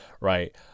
right